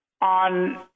On